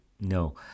no